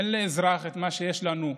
אין לאזרח את מה שיש לנו,